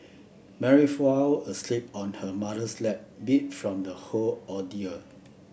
Mary fell asleep on her mother's lap beat from the whole ordeal